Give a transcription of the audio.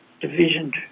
Division